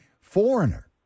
Foreigner